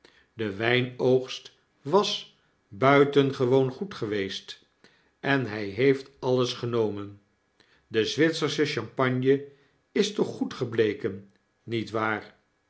zeide hij dewijnoogstwas buitengewoon goed geweest en hy heeft alles genomen de zwitsersche champagne is toch goed gebleken niet waar